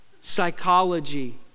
Psychology